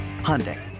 Hyundai